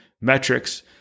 metrics